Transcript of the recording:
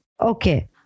Okay